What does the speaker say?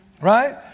right